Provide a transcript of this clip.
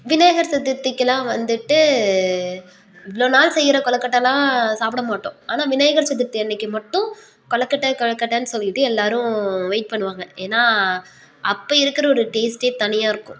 விநாயகர் சதுர்த்திக்கெலாம் வந்துட்டு இவ்வளோ நாள் செய்கிற கொழுக்கட்டைலாம் சாப்பிட மாட்டோம் ஆனால் விநாயகர் சதுர்த்தி அன்னைக்கி மட்டும் கொழுக்கட்டை கொழுக்கட்டைன்னு சொல்லிட்டு எல்லாரும் வெயிட் பண்ணுவாங்க ஏன்னா அப்போ இருக்கிற ஒரு டேஸ்ட்டே தனியாக இருக்கும்